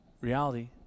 Reality